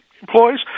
employees